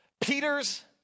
Peter's